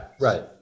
right